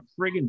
friggin